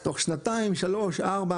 תוך שנתיים-שלוש-ארבע,